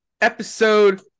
Episode